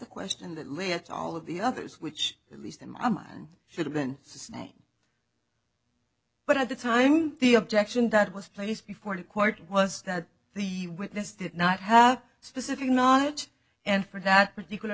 question that lists all of the others which at least in my mind should have been sustained but at the time the objection that was placed before the court was that the witness did not have specific knowledge and for that particular